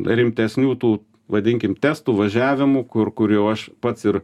rimtesnių tų vadinkim testų važiavimų kur kur jau aš pats ir